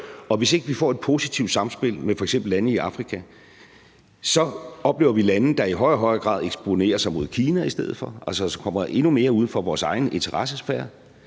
Og hvis ikke vi får et positivt samspil med f.eks. lande i Afrika, oplever vi lande, der i højere og højere grad eksponerer sig mod Kina i stedet for – altså kommer endnu mere uden for vores egen interessesfære.